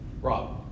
Rob